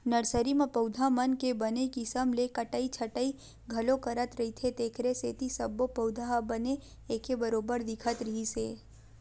nursery म पउधा मन के बने किसम ले कटई छटई घलो करत रहिथे तेखरे सेती सब्बो पउधा ह बने एके बरोबर दिखत रिहिस हे